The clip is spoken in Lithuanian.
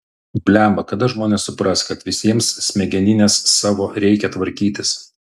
blemba kada žmonės supras kad visiems smegenines savo reikia tvarkytis